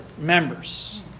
members